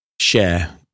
share